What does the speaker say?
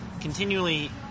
continually